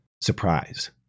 surprise